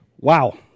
wow